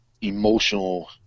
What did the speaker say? emotional